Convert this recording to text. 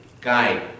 guide